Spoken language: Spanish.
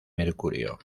mercurio